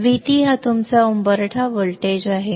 VT हा तुमचा उंबरठा व्होल्टेज आहे